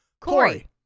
Corey